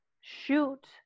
shoot